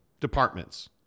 departments